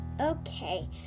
Okay